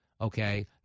Okay